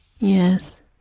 Yes